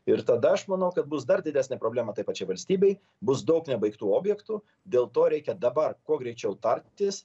ir tada aš manau kad bus dar didesnė problema tai pačiai valstybei bus daug nebaigtų objektų dėl to reikia dabar kuo greičiau tartis